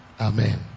Amen